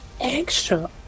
extra